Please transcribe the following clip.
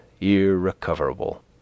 irrecoverable